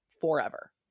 forever